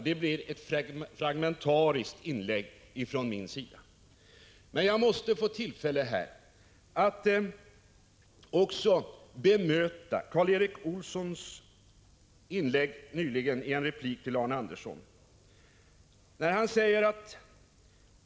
Detta blir ett fragmentariskt inlägg från min sida, men jag måste få tillfälle att också bemöta Karl Erik Olssons replik till Arne Andersson i Ljung.